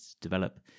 develop